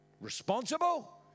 responsible